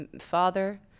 father